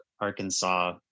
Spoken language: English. Arkansas